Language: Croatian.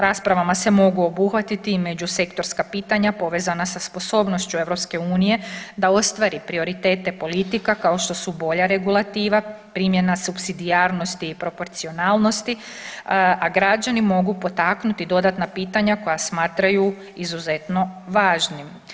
Raspravama se mogu obuhvatiti i međusektorska pitanja povezana sa sposobnošću Europske unije da ostvari prioritete politika kao što su bolja regulativa primjena supsidijarnosti i proporcijalnosti, a građani mogu potaknuti dodatna pitanja koja smatraju izuzetno važnim.